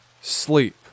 sleep